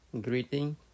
greeting